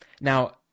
Now